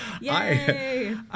Yay